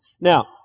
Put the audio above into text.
Now